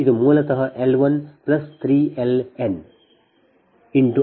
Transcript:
ಇದು ಮೂಲತಃ L 1 3 L nI